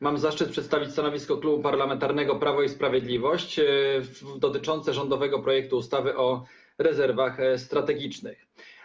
Mam zaszczyt przedstawić stanowisko Klubu Parlamentarnego Prawo i Sprawiedliwość dotyczące rządowego projektu ustawy o rezerwach strategicznych.